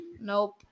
Nope